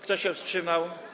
Kto się wstrzymał?